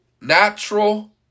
natural